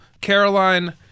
Caroline